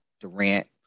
Durant